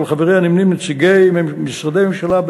ועם חבריה נמנים נציגים משרדי ממשלה,